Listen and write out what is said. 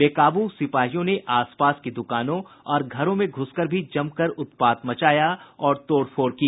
बेकाबू सिपाहियों ने आसपास की दुकानों और घरों में घुसकर भी जमकर उत्पात मचाया और तोड़फोड़ की